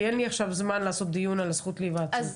אין לי זמן עכשיו לעשות דיון על הזכות להיוועצות,